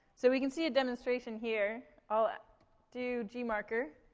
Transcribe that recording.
so we can see a demonstration here. i'll do gmarker.